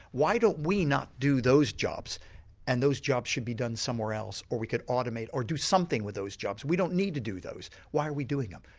why don't we not do those jobs and those jobs should be done somewhere else. or we could automate, or do something with those jobs, we don't need to do those, why are we doing them,